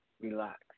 relax